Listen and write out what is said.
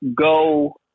go